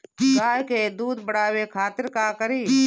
गाय के दूध बढ़ावे खातिर का करी?